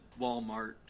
Walmart